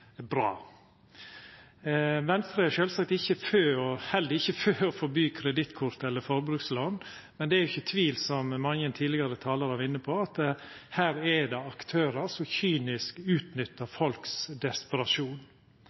bra! Venstre er sjølvsagt heller ikkje for å forby kredittkort eller forbrukslån, men det er jo ikkje tvil, som mange tidlegare talarar har vore inne på, om at her er det aktørar som kynisk utnyttar folks desperasjon.